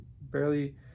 barely